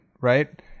right